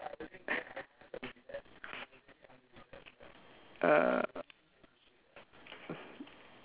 uh